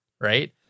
right